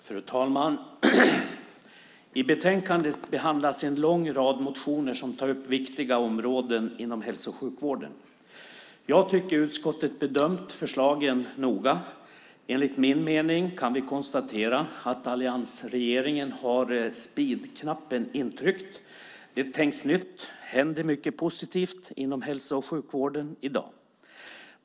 Fru talman! I betänkandet behandlas en lång rad motioner som tar upp viktiga områden inom hälso och sjukvården. Jag tycker att utskottet bedömt förslagen noga. Enligt min mening kan vi konstatera att alliansregeringen har speedknappen intryckt. Det tänks nytt, och det händer mycket positivt inom hälso och sjukvården i dag.